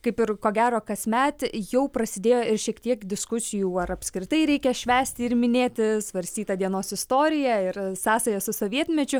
kaip ir ko gero kasmet jau prasidėjo ir šiek tiek diskusijų ar apskritai reikia švęsti ir minėti svarstyta dienos istorija yra sąsaja su sovietmečiu